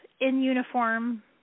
in-uniform